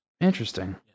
Interesting